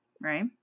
right